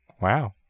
Wow